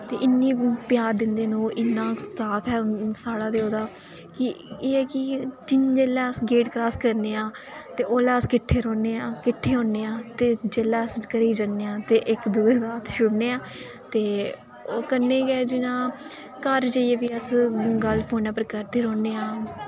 ते इन्नी प्यार दिंदे न ओह् इन्ना साथ ऐ साढ़ा ते ओह्दा कि एह् ऐ कि जिन जेल्लै अस गेट क्रास करने आं ते ओल्लै अस किट्ठे रौह्न्ने आं किट्ठे होन्ने आं ते जेल्लै अस घरे'ई जन्ने आं ते इक दुए दा हत्थ छोड़ने आं ते कन्नै गै जि'यां घर जाइयै बी अस गल्ल फोनै पर करदे रौह्न्ने आं